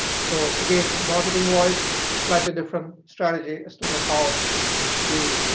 so, again, marketing-wise, slightly different strategy as to and how we